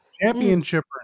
championship